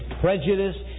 prejudice